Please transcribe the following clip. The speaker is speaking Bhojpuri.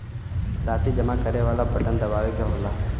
राशी जमा करे वाला बटन दबावे क होला